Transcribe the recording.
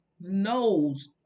knows